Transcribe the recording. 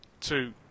two